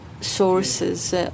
sources